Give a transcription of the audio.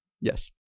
Yes